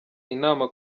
inama